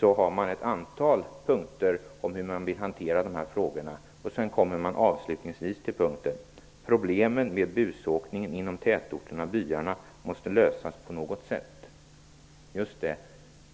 Jag konstaterar att man där räknar upp ett antal punkter om hur man vill hantera dessa frågor. Avslutningsvis kommer man till föjande punkt: Problemen med busåkning inom tätorterna/byarna måste lösas på något sätt. -- Just det.